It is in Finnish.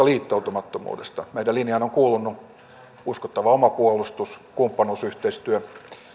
liittoutumattomuudesta meidän linjaanhan on kuulunut uskottava oma puolustus kumppanuusyhteistyö